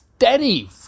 Steady